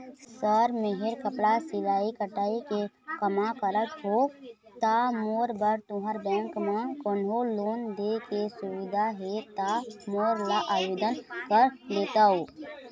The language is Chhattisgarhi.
सर मेहर कपड़ा सिलाई कटाई के कमा करत हों ता मोर बर तुंहर बैंक म कोन्हों लोन दे के सुविधा हे ता मोर ला आवेदन कर देतव?